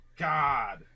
God